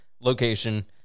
location